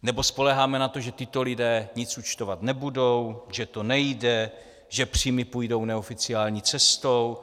Nebo spoléháme na to, že tito lidé nic účtovat nebudou, že to nejde, že příjmy půjdou neoficiální cestou?